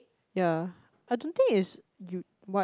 ya I don't think is you what